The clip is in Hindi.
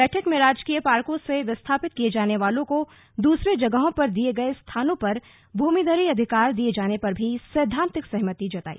बैठक में राजकीय पार्कों से विस्थापित किए जाने वालों को दूसरे जगहों पर दिए गए स्थानों पर भूमिधरी अधिकार दिए जाने पर भी सैद्वांतिक सहमति जताई